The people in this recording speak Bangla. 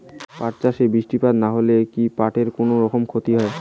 পাট চাষ এর সময় বৃষ্টিপাত না হইলে কি পাট এর কুনোরকম ক্ষতি হয়?